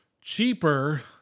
cheaper